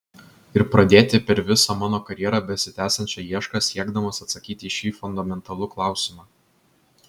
ir pradėti per visą mano karjerą besitęsiančią iešką siekdamas atsakyti į šį fundamentalų klausimą